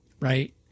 right